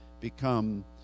become